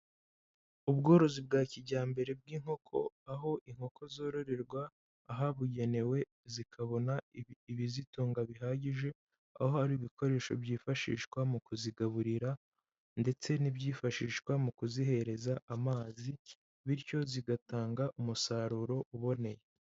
Ubworozi bwa kijyambere bw'inkoko, aho inkoko zororerwa ahabugenewe zikabona ibizitunga bihagije, aho hari ibikoresho byifashishwa mu kuzigaburira ndetse n'ibyifashishwa mu kuzihereza amazi, bityo zigatanga umusaruro uboneye.